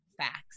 Facts